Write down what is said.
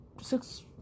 six